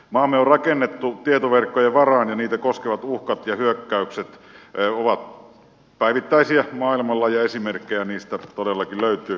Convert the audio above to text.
maamme on rakennettu tietoverkkojen varaan ja niitä koskevat uhkat ja hyökkäykset ovat päivittäisiä maailmalla ja esimerkkejä niistä todellakin löytyy